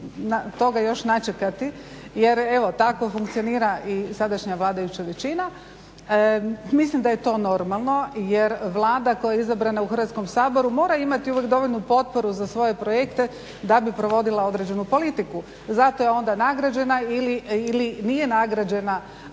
toga još načekati, jer evo tako funkcionira i sadašnja vladajuća većina. Mislim da je to normalno, jer Vlada koja je izabrana u Hrvatskom saboru mora imati uvijek dovoljnu potporu za svoje projekte da bi provodila određenu politiku. Zato je onda nagrađena ili nije nagrađena